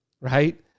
right